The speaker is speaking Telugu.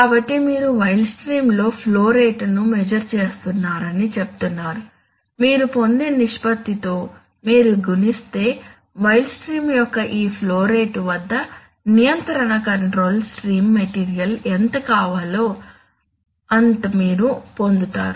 కాబట్టి మీరు వైల్డ్ స్ట్రీమ్ లో ఫ్లో రేటును మెస్సుర్ చేస్తున్నారని చెప్తున్నారు మీరు పొందే నిష్పత్తితో మీరు గుణిస్తే వైల్డ్ స్ట్రీమ్ యొక్క ఈ ఫ్లో రేటు వద్ద నియంత్రణ కంట్రోల్ స్ట్రీమ్ మెటీరియల్ ఎంత రావాలో అంత మీరు పొందుతారు